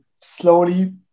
slowly